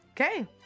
Okay